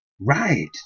Right